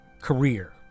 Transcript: career